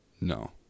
No